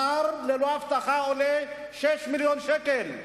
שר ללא אבטחה עולה שישה מיליון שקל.